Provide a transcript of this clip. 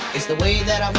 it's the way that um